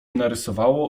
narysowało